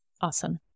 Awesome